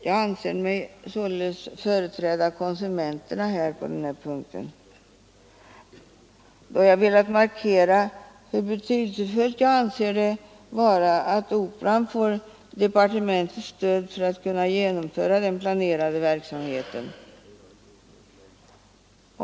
Jag anser mig således företräda konsumentintressena då jag velat markera hur betydelsefullt jag anser det vara att Operan får departementets stöd för att kunna genomföra den planerade verksamheten.